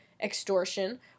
extortion